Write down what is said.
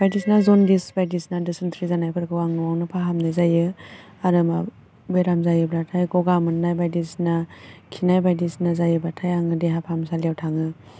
बायदिसिन ज'नदिस बायदिसिना दि'सेनथ्रि जानायफोरखौबो आं न'आवनो फाहामनाय जायो आरो माबा बेराम जायोब्लाथाय ग'गा मोन्नाय बायदिसिना खिनाय बायदिसिना जायोबाथाय आङो देहा फाहामसालियाव थाङो